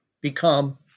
become